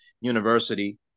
university